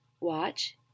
watch